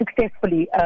successfully